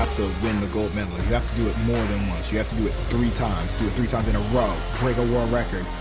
win the gold medal. you have to do it more than once. you have to do it three times, do it three times in a row. break a world record.